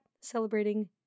celebrating